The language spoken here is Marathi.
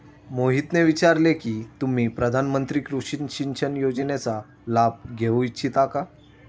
मोहितने विचारले की तुम्ही प्रधानमंत्री कृषि सिंचन योजनेचा लाभ घेऊ इच्छिता का?